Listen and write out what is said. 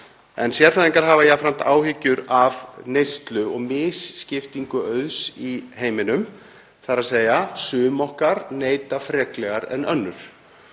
Sérfræðingar hafa jafnframt áhyggjur af neyslu og misskiptingu auðs í heiminum, þ.e. sum okkar neyta freklegar en önnur.